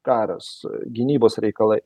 karas gynybos reikalai